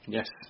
Yes